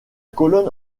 colonne